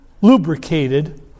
lubricated